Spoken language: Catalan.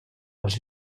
els